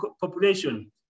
population